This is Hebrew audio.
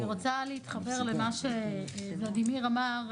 אני רוצה להתחבר למה שוולדימיר אמר.